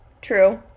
true